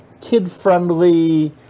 kid-friendly